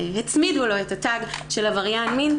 הצמידו לו את התג של עבריין מין,